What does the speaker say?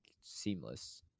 seamless